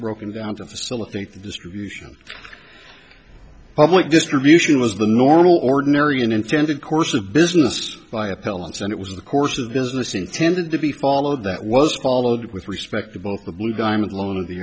broken down to facilitate the distribution public distribution was the normal ordinary and intended course of business by appellants and it was the course of business intended to be followed that was followed with respect to both the blue diamond loan of the